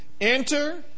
Enter